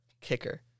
kicker